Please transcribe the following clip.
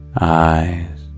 eyes